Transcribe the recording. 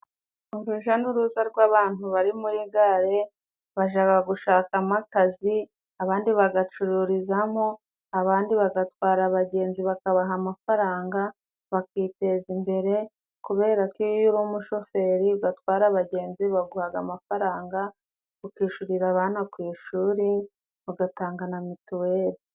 Uruja n'uruza rw'abantu bari muri gare bajaga gushakamo akazi, abandi bagacururizamo, abandi bagatwara abagenzi bakabaha amafaranga bakiteza imbere kubera ko iyo uri umushoferi ugatwara abagenzi baguhaga amafaranga, ukishurira abana ku ishuri ugatanga na mituweli.